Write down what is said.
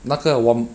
那个 wham~